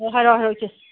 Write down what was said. ꯍꯥꯏꯔꯛꯑꯣ ꯍꯥꯏꯔꯛꯑꯣ ꯏꯆꯦ